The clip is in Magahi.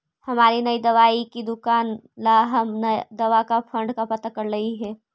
हमारी नई दवाई की दुकान ला हम दवा फण्ड का पता करलियई हे